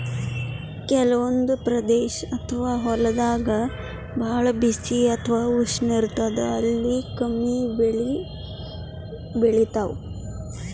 ಕೆಲವಂದ್ ಪ್ರದೇಶ್ ಅಥವಾ ಹೊಲ್ದಾಗ ಭಾಳ್ ಬಿಸಿ ಅಥವಾ ಉಷ್ಣ ಇರ್ತದ್ ಅಲ್ಲಿ ಕಮ್ಮಿ ಬೆಳಿ ಬೆಳಿತಾವ್